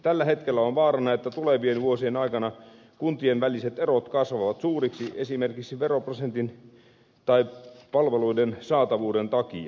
tällä hetkellä on vaarana että tulevien vuosien aikana kuntien väliset erot kasvavat suuriksi esimerkiksi veroprosentin tai palveluiden saatavuuden takia